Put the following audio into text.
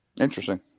Interesting